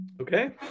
Okay